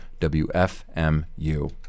WFMU